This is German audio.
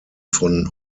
von